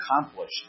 accomplished